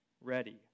ready